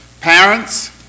Parents